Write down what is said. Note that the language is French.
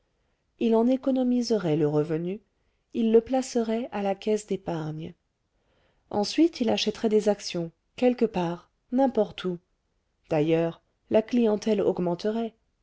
il en économiserait le revenu il le placerait à la caisse d'épargne ensuite il achèterait des actions quelque part n'importe où d'ailleurs la clientèle augmenterait